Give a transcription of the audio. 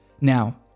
Now